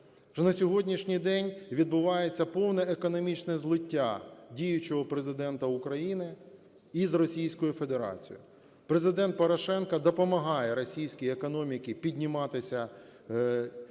на сьогоднішній день відбувається повне економічне злиття діючого Президента України із Російською Федерацією. Президент Порошенко допомагає російській економіці підніматися,